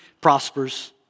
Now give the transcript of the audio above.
prospers